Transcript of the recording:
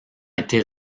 été